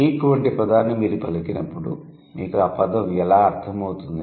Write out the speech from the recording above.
geek వంటి పదాన్ని మీరు పలికినప్పుడు మీకు ఆ పదం ఎలా అర్ధం అవుతుంది